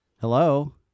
Hello